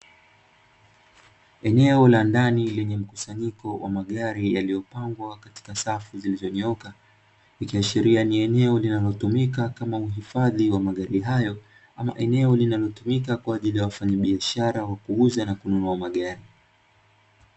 Eneo la ndani lenye mkusanyiko wa magari yaliyopangwa katika safu zilizonyooka, ikiashiria ni eneo linalotumika kama uhifadhi wa magari Hayo, ama eneo linalotumika kwa ajili ya wafanyabiashara wanaouza na kununua magari.